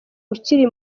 ukiri